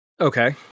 Okay